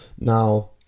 Now